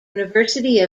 university